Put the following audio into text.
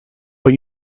but